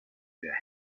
wir